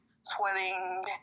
sweating